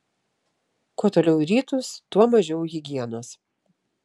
kuo toliau į rytus tuo mažiau higienos